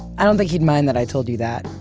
i don't think he'd mind that i told you that.